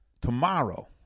tomorrow